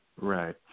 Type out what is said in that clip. Right